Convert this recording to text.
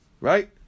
right